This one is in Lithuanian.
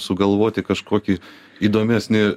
sugalvoti kažkokį įdomesni